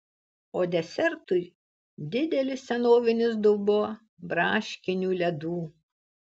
o desertui didelis senovinis dubuo braškinių ledų